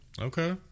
Okay